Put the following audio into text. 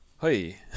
hey